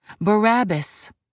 Barabbas